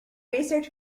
research